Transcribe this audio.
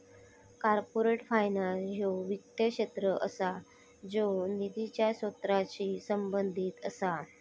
corporate finance ह्यो वित्त क्षेत्र असा ज्यो निधीच्या स्त्रोतांशी संबंधित असा